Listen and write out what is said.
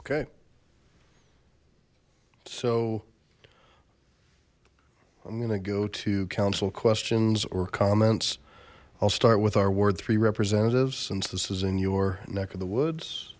okay so i'm gonna go to council questions or comments i'll start with our ward three representatives since this is in your neck of the woods